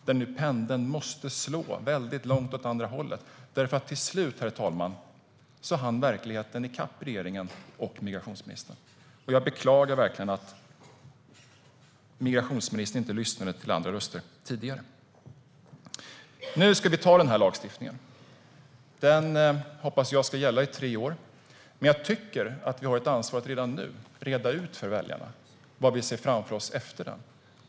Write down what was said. Nu måste pendeln slå långt åt andra hållet, för till slut hann verkligheten i kapp regeringen och migrationsministern. Jag beklagar verkligen att migrationsministern inte lyssnade till andra röster tidigare. Nu ska vi anta denna lagstiftning. Jag hoppas att den ska gälla i tre år. Men jag tycker att vi har ett ansvar att redan nu reda ut för väljarna vad vi ser framför oss efter den.